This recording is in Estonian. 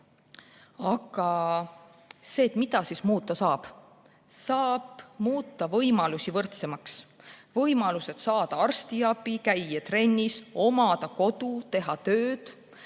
Aga mida siis muuta saab? Saab muuta võimalusi võrdsemaks: võimalus saada arstiabi, käia trennis, omada kodu, teha tööd.